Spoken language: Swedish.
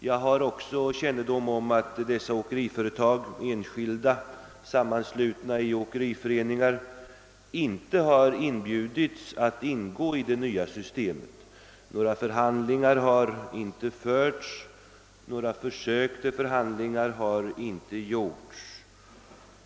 Jag har också kännedom om att dessa åkeriföretag, enskilda eller sammanslutna i åkeriföreningar, inte har inbjudits att ingå i det nya systemet. Några förhandlingar har inte förts — det har inte ens gjorts försök till sådana.